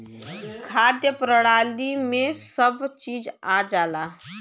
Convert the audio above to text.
खाद्य प्रणाली में सब चीज आ जाला